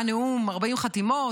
היה נאום 40 חתימות,